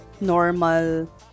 Normal